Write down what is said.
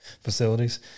facilities